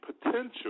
potential